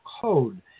code